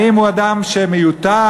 האם הוא אדם מיותר?